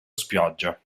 spiaggia